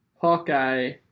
Hawkeye